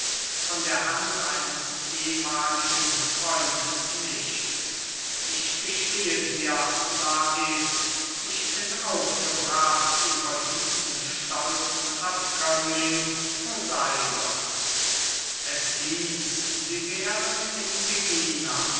von der hand eines ehemahligen freundes nicht ich gestehe dir lais ich bin aufgebracht über diesen stolzen abkömmling poseidons plato stammte aus einem patrizischen geschlechte in